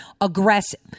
aggressive